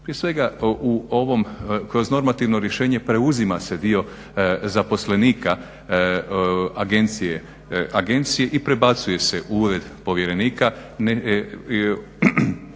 Prije svega u ovom, kroz normativno rješenje preuzima se dio zaposlenika agencije i prebacuje se u ured povjerenika